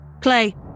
Clay